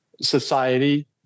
society